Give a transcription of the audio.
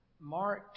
Mark